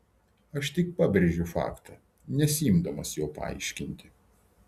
aš tik pabrėžiu faktą nesiimdamas jo paaiškinti